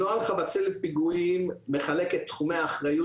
נוהל חבצלת פיגועים מחלקת תחומי אחריות